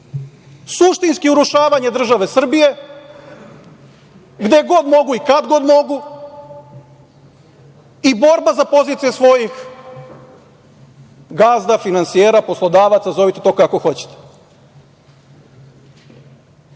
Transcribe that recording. suštinsko urušavanje države Srbije, gde god i kako mogu i borba za pozicije svojih gazda, finansijera, poslodavaca, zovite to kako hoćete. Dakle,